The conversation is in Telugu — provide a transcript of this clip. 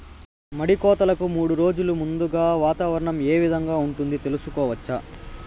మడి కోతలకు మూడు రోజులు ముందుగా వాతావరణం ఏ విధంగా ఉంటుంది, తెలుసుకోవచ్చా?